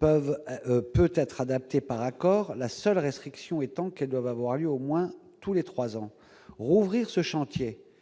peut être adaptée par accord, la seule restriction étant que ces négociations doivent avoir lieu au moins tous les trois ans. Rouvrir ce chantier,